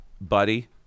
Buddy